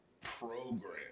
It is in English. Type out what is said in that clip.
program